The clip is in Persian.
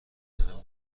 همه